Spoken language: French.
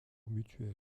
mutuel